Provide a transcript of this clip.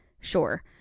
Sure